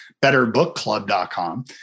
BetterBookClub.com